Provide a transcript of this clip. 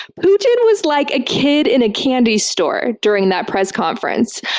putin was like a kid in a candy store during that press conference.